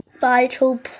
vital